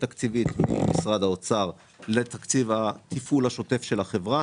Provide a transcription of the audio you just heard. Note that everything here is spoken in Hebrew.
תקציבית ממשרד האוצר לתקציב התפעול השוטף של החברה.